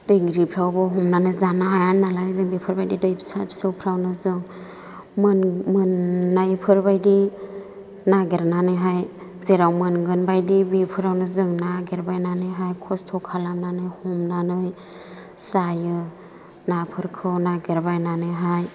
दै गिदिरफोरावबो हमनानै जानो हाया नालाय जों बेफोरबायदि दै फिसा फिसौफोरावनो जों मोननायफोरबायदि नागिरनानैहाय जेराव मोनगोन बायदि बेफोरावनो जों नागिरबायनानैहाय खस्त' खालामनानै हमनानै जायो नाफोरखौ नागिरबायनानैहाय